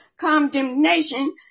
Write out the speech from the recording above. condemnation